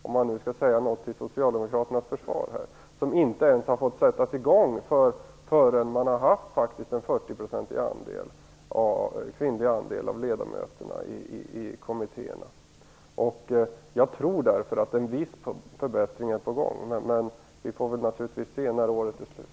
Om man nu skall säga något till Socialdemokraternas försvar, så är det ett antal kommittéer som inte ens har fått påbörja sitt arbete förrän andelen kvinnliga ledamöter har varit 40 %. Jag tror därför att en viss förbättring är på gång, men det får vi naturligtvis se när året är slut.